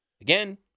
Again